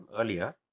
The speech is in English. earlier